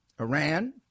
Iran